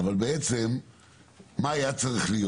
אבל בעצם מה היה צריך להיות?